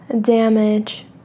damage